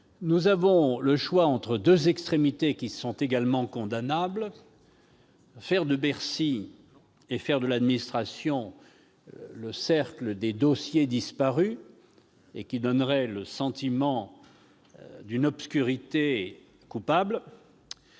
Nous avons le choix entre deux extrémités également condamnables : faire de Bercy et de l'administration le « cercle des dossiers disparus », ce qui donnerait le sentiment d'une obscurité coupable,